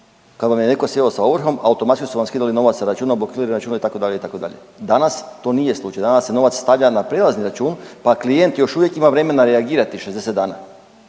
kad vam je neko sjeo sa ovrhom automatski su vam skidali novac sa računa, blokirali račune itd., itd. Danas to nije slučaj, danas se novac stavlja na prijelazni račun pa klijent još uvijek ima vremena reagirati 60 dana.